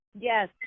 Yes